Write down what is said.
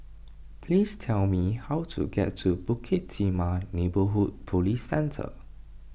please tell me how to get to Bukit Timah Neighbourhood Police Centre